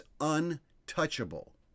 untouchable